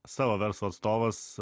savo verslo atstovas